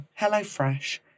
HelloFresh